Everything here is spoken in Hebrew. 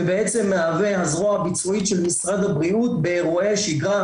שבעצם מהווה הזרוע הביצועית של משרד הבריאות באירועי שגרה,